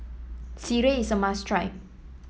Sireh is a must try